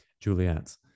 Juliet's